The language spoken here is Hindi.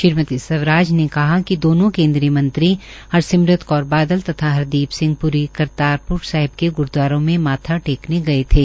श्रीमती स्वराज ने कहा कि दोनो केन्द्रीय मंत्री हरसिमरत कौर बादल तथा हरदीप सिंह प्री करतारप्र साहिब के ग्रूद्वारों में माथा टेकने गये थे